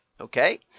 okay